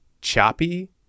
choppy